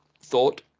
thought